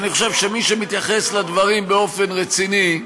אני חושב שמי שמתייחס לדברים באופן רציני,